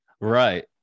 right